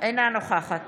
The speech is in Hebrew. נוכחת